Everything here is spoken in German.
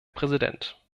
präsident